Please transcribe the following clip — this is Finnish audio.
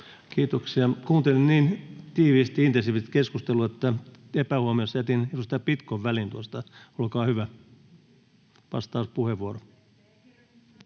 Kiitoksia. — Kuuntelin niin tiiviisti ja intensiivisesti keskustelua, että epähuomiossa jätin edustaja Pitkon väliin tuosta. — Olkaa hyvä, vastauspuheenvuoro.